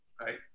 right